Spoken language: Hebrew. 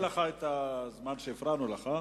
אני אתן לך את הזמן שהפרענו לך.